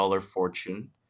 fortune